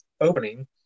opening